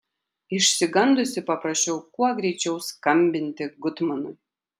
išsigandusi paprašiau kuo greičiau skambinti gutmanui